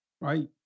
right